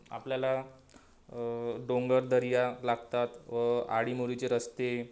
आपल्याला डोंगरदऱ्या लागतात व आडीमुरीचे रस्ते